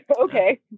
Okay